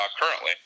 currently